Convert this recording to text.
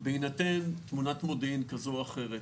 בהינתן תמונת מודיעין כזאת או אחרת